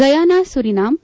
Guyana Suriname